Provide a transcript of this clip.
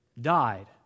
died